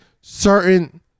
certain